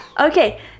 Okay